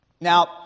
now